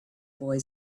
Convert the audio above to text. boy